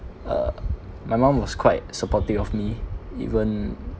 uh my mom was quite supportive of me even